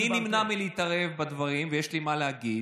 אני נמנע מלהתערב בדברים, ויש לי מה להגיד,